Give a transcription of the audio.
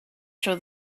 show